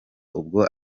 ubwo